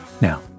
Now